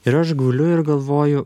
ir aš guliu ir galvoju